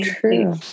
true